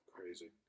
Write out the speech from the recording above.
Crazy